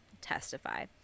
testify